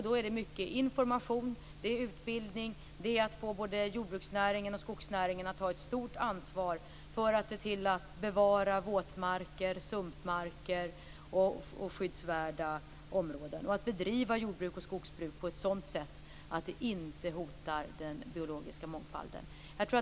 Då behövs mycket information och utbildning, och det gäller att få både jordbruksnäringen och skogsnäringen att ta ett stort ansvar för att se till att bevara våtmarker, sumpmarker och skyddsvärda områden och att bedriva jordbruk och skogsbruk på ett sådant sätt att det inte hotar den biologiska mångfalden.